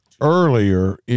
earlier